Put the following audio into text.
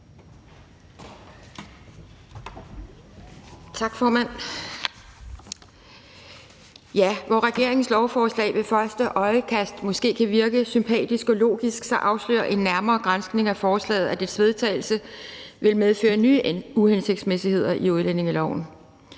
Tak, formand. Ja, hvor regeringens lovforslag ved første øjekast måske kan virke sympatisk og logisk, afslører en nærmere granskning af forslaget, at dets vedtagelse vil medføre nye uhensigtsmæssigheder i udlændingeloven.